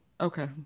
okay